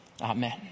Amen